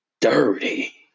dirty